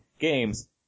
games